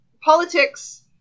politics